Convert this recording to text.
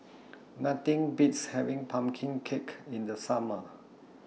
Nothing Beats having Pumpkin Cake in The Summer